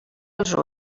els